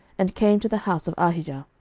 and came to the house of ahijah.